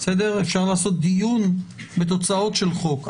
אפשר לעשות דיון בתוצאות של חוק,